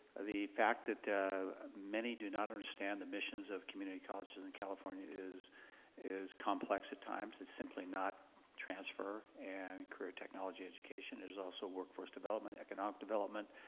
the fact that many do not understand the missions of community colleges in california is is complex at times. it's simply not transfer and career technology education. there's also workforce development, economic development.